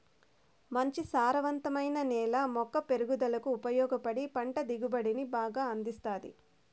మంచి సారవంతమైన నేల మొక్క పెరుగుదలకు ఉపయోగపడి పంట దిగుబడిని బాగా అందిస్తాది